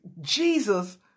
Jesus